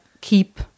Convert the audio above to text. keep